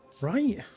right